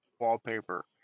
wallpaper